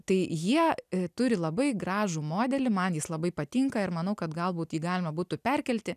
tai jie turi labai gražų modelį man jis labai patinka ir manau kad galbūt jį galima būtų perkelti